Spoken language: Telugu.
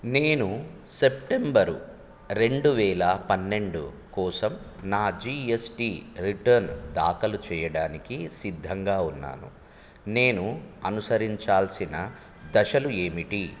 నేను సెప్టెంబరు రెండు వేల పన్నెండు కోసం నా జీఎస్టీ రిటర్న్స్ దాఖలు చేయడానికి సిద్ధంగా ఉన్నాను నేను అనుసరించాల్సిన దశలు ఏమిటి